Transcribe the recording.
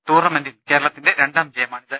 ടൂർണ്ണമെന്റിൽ കേരളത്തിന്റെ രണ്ടാം ജയമാണ് ഇത്